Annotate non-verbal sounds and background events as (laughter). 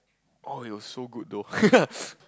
oh it was so good though (laughs)